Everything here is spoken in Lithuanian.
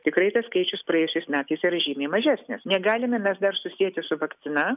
tikrai tas skaičius praėjusiais metais yra žymiai mažesnis negalime mes dar susieti su vakcina